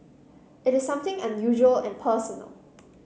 it is something unusual and personal